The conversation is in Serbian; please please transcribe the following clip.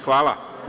Hvala.